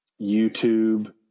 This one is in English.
YouTube